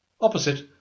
Opposite